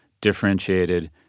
differentiated